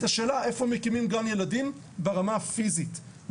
השאלה איפה מקימים גן ילדים ברמה הפיזית.